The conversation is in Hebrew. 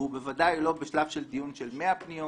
והוא בוודאי לא בשלב של דיון של 100 פניות.